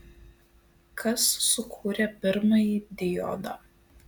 kas sukūrė pirmąjį diodą